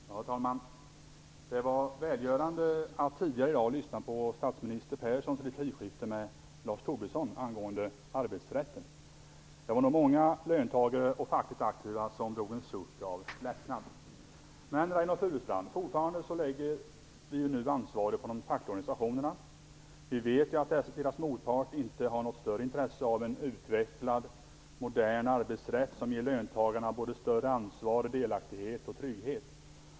Herr talman! Det var välgörande att tidigare i dag lyssna på statsminister Perssons replikskifte med Lars Tobisson angående arbetsrätten. Det var nog många löntagare och fackligt aktiva som drog en suck av lättnad. Men, Reynoldh Furustrand, fortfarande lägger vi nu ansvaret på de fackliga organisationerna. Vi vet att deras motpart inte har något större intresse av en utvecklad, modern arbetsrätt som ger löntagarna såväl större ansvar som delaktighet och trygghet.